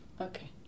Okay